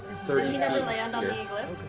he never land on the glyph?